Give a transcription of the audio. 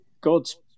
God's